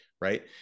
right